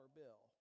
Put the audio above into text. bill